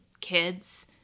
kids